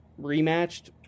rematched